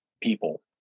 people